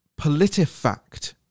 Politifact